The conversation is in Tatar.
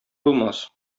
булмас